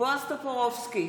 בועז טופורובסקי,